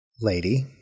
lady